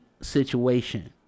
situation